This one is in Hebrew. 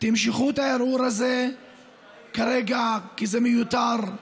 תמשכו את הערעור הזה כרגע, כי זה מיותר.